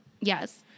Yes